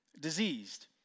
diseased